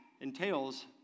entails